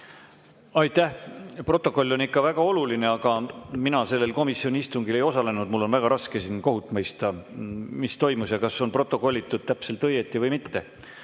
Aitäh! Protokoll on ikka väga oluline, aga mina sellel komisjoni istungil ei osalenud ja mul on väga raske siin kohut mõista, mis toimus ja kas on protokollitud täpselt või mitte.